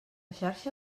xarxa